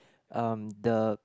um the